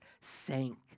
sank